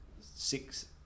six